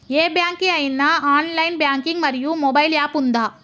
ఏ bank కి ఐనా online banking మరియు మొబైల్ యాప్ ఉందా?